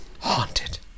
haunted